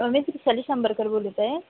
मी त्रिसाली सांबरकर बोलत आहे